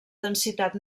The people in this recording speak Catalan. densitat